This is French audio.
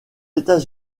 états